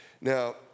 Now